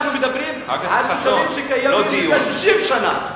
אנחנו מדברים על תושבים שקיימים כבר 60 שנה,